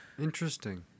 Interesting